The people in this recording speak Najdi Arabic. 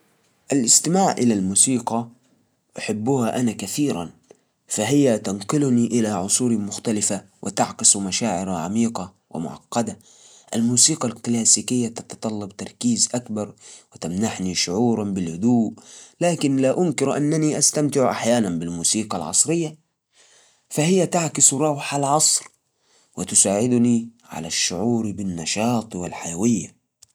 بصراحة، أفضل أسمع الموسيقى العصرية. ليش؟ لأنها تعكس الوقت اللي إحنا فيه، ودائماً فيها تنوع يناسب مزاجي. الموسيقى الكلاسيكية حلوة وراقية، بس أحس إنها تكون ثقيلة أحياناً، وما تناسب كل الأوقات. بينما العصرية تكون أخف وأقرب لي.